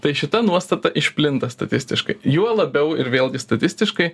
tai šita nuostata išplinta statistiškai juo labiau ir vėlgi statistiškai